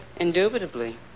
Indubitably